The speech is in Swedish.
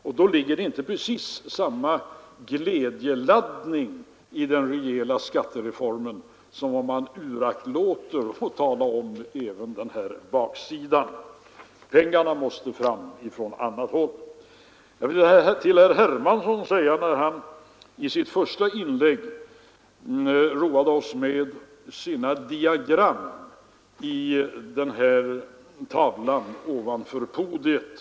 Och då ligger det inte precis samma glädjeladdning i den rejäla skattereformen som om man uraktlåter att tala även om baksidan, nämligen att pengarna måste fram från annat håll. Herr Hermansson roade oss i sitt första inlägg med att visa diagram på tavlan ovanför podiet.